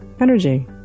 energy